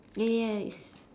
yes yes